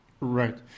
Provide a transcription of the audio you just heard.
Right